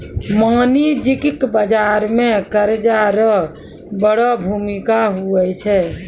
वाणिज्यिक बाजार मे कर्जा रो बड़ो भूमिका हुवै छै